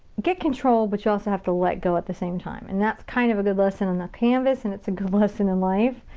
get control but you also have to let go at the same time, and that's kind of a good lesson on the canvas and it's a good lesson in life.